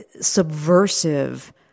subversive